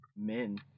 men